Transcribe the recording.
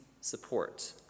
support